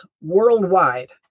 worldwide